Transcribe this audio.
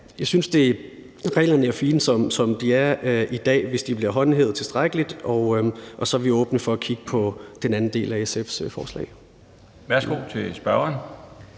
jeg synes, reglerne er fine som de er i dag, hvis de bliver håndhævet tilstrækkeligt, og så er vi åbne for at kigge på den anden del af SF's forslag.